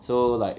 so like